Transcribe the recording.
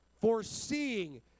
foreseeing